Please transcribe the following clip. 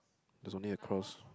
there's only a cross